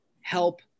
help